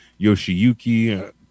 Yoshiyuki